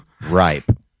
ripe